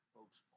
Folks